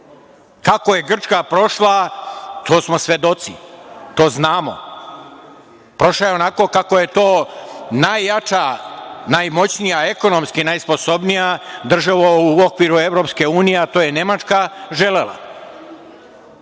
je Grčka prošla, to smo svedoci. To znamo. Prošla je onako kako je to najjača, najmoćnija, ekonomski najsposobnija država u okviru EU, a to je Nemačka, želela.